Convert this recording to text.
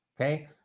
okay